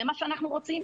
זה מה שאנחנו רוצים?